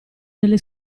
nelle